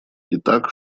итак